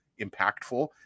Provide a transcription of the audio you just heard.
impactful